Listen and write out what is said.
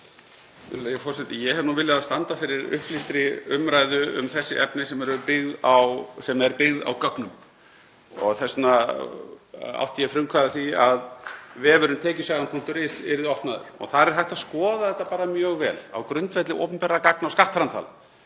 forseti. Ég hef nú viljað standa fyrir upplýstri umræðu um þessi efni sem er byggð á gögnum. Þess vegna átti ég frumkvæði að því að vefurinn tekjusagan.is yrði opnaður. Þar er hægt að skoða þetta bara mjög vel á grundvelli opinberra gagna og skattframtala,